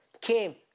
came